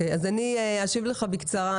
אני אשיב לך בקצרה.